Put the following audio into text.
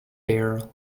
bare